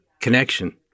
connection